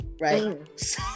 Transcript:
Right